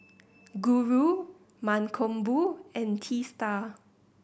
Guru Mankombu and Teesta